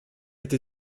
été